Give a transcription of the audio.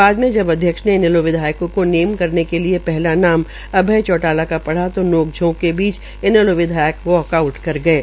बाद मे जाब अध्यक्ष ने इनैलो विधायकों को नेम करने के लिए पहला नाम अभय चौटाला पढ़ा तो नोक झोंक के बीच इनैलों विधायक वाकआऊट कर गये